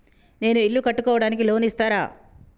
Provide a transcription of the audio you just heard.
నేను ఇల్లు కట్టుకోనికి లోన్ ఇస్తరా?